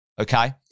okay